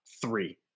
three